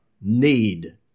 need